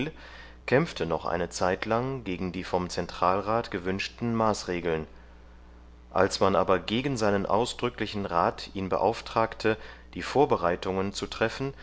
kämpfte noch eine zeitlang gegen die vom zentralrat gewünschten maßregeln als man aber gegen seinen ausdrücklichen rat ihn beauftragte die vorbereitungen zu treffen